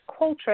Qualtrics